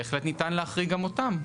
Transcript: בהחלט ניתן להחריג גם אותם.